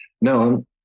no